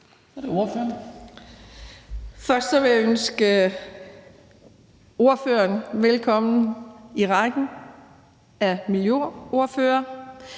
Først vil jeg ønske ordføreren velkommen i rækken af miljøordførere,